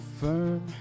firm